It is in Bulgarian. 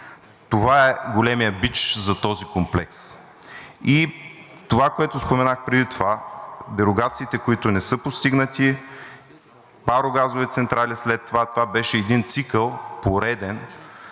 Това е големият бич за този комплекс. Това, което споменах преди това – дерогациите, които не са постигнати, парогазови централи. След това беше един пореден